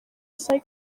cycling